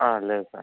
లేదు సార్